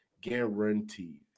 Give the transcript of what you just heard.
guaranteed